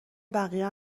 بقیه